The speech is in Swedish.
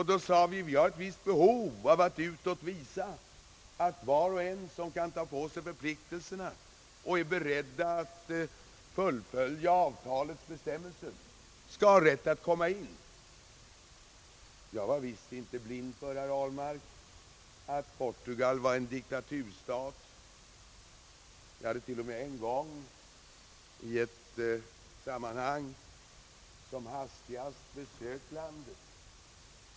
Vi förklarade att vi hade ett visst behov av att utåt visa att var och en som var villig att ta på sig förpliktelserna och att fullfölja avtalets bestämmelser skulle ha rätt att vara med. Jag var visst inte, herr Ahlmark, blind för att Portugal var en diktaturstat. Jag hade till och med en gång som hastigast besökt landet.